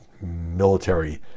military